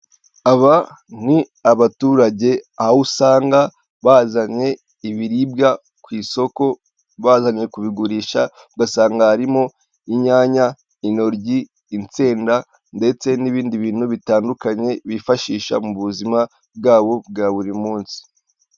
Aba ni abaturage, aho usanga bazanye ibiribwa ku isoko, bazanye kubigurisha, ugasanga harimo inyanya, intoryi, insenda ndetse n'ibindi bintu bitandukanye bifashisha mu buzima bwabo bwa buri munsi.